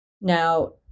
Now